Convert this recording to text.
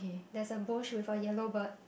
there's a bush with a yellow bird